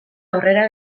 aurrera